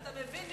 אל תדאג.